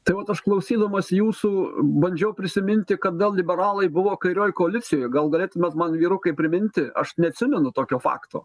tai vat aš klausydamas jūsų bandžiau prisiminti kada liberalai buvo kairioj koalicijoj gal galėtumėt man vyrukai priminti aš neatsimenu tokio fakto